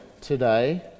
today